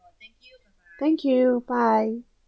thank you bye